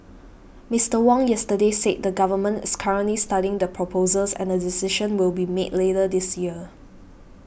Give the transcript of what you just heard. Mister Wong yesterday said the Government is currently studying the proposals and a decision will be made later this year